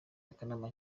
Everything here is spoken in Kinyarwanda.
akanama